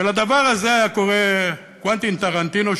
ולדבר הזה היה קורא קוונטין טרנטינו,